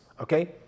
okay